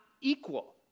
equal